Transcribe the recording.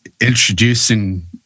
introducing